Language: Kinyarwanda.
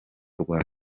rwa